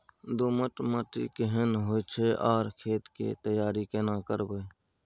दोमट माटी केहन होय छै आर खेत के तैयारी केना करबै?